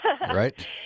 right